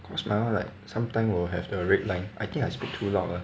cause my [one] like sometime will have the red line I think I spoke too loud lah